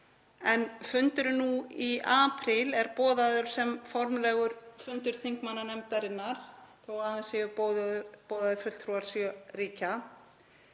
en fundurinn nú í apríl er boðaður sem formlegur fundur þingmannanefndarinnar þó að aðeins séu boðaðir fulltrúar sjö ríkja.